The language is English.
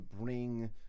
bring